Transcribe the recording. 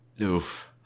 Oof